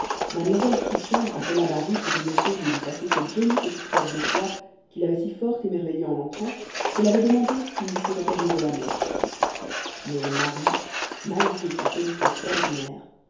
mademoiselle trudchen appela marie pour lui offrir de lui passer cette jolie petite robe de soie qui l'avait si fort émerveillée en entrant qu'elle avait demandé s'il lui serait permis de la mettre mais marie malgré sa politesse ordinaire